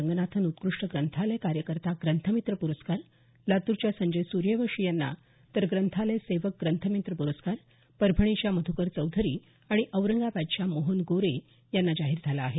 रंगनाथन उत्कृष्ट ग्रंथालय कार्यकर्ता ग्रंथमित्र प्रस्कार लातूरच्या संजय सर्यवंशी यांना तर ग्रंथालय सेवक ग्रंथमित्र पुरस्कार परभणीच्या मधुकर चौधरी आणि औरंगाबादच्या मोहन गोरे यांना मिळाला आहे